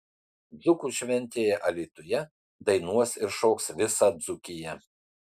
dzūkų šventėje alytuje dainuos ir šoks visa dzūkija